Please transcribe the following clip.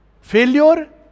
Failure